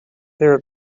they’re